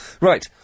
Right